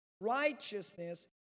righteousness